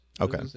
okay